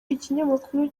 ikinyamakuru